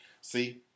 see